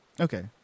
Okay